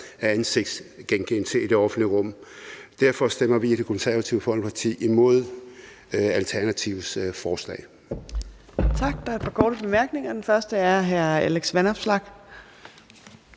af ansigtsgenkendelse i det offentlige rum. Derfor stemmer vi i Det Konservative Folkeparti imod Alternativets forslag.